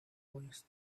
list